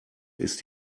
ist